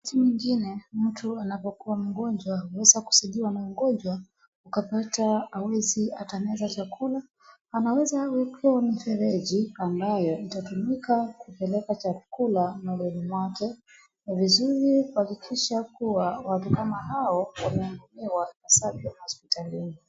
Wakati mwingine mtu anapokuwa mgonjwa anaweza kuzidiwa na ugonjwa ukapata hawezi hata meza chakula , anaweza wekewa mfereji ambayo itatumika kupeleka chakula mdomoni mwake ni vizuri kuhakikisha kuwa watu kama hawa wameandikiwa wasaidizi hospitalini